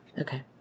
Okay